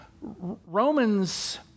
Romans